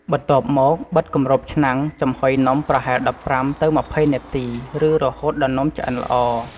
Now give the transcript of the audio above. បន្ទាប់មក បិទគម្របឆ្នាំង ចំហុយនំប្រហែល ១៥ ទៅ ២០ នាទី ឬរហូតដល់នំឆ្អិនល្អ។